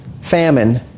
famine